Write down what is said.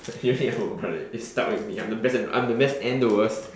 you hate your brother you're stuck with me I'm the best in I'm the best and the worst